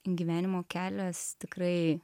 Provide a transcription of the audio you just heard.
gyvenimo kelias tikrai